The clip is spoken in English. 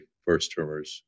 first-termers